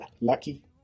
lucky